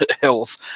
health